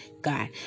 God